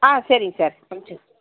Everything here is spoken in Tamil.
ஆ சரிங்க சார் அமுச்சு விட்றோம்